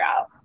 out